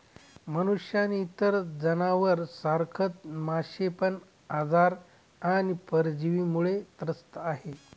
मनुष्य आणि इतर जनावर सारखच मासे पण आजार आणि परजीवींमुळे त्रस्त आहे